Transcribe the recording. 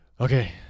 Okay